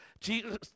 Jesus